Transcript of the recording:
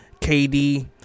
KD